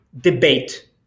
debate